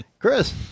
chris